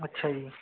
ਅੱਛਾ ਜੀ